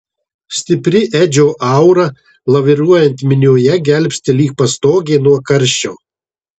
stipri edžio aura laviruojant minioje gelbsti lyg pastogė nuo karščio